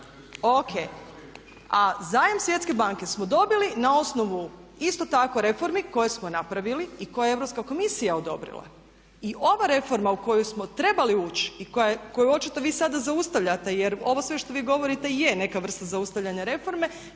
A zajam Svjetske banke smo dobili na osnovu isto tako reformi koje smo napravili i koje je Europska komisija odobrila. I ova reforma u koju smo trebali ući i koju očito vi sada zaustavljate jer ovo sve što vi govorite je neka vrsta zaustavljanja reforme